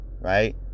right